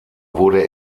wurde